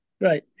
Right